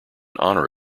honor